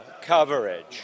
coverage